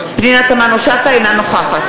תמנו-שטה, אינה נוכחת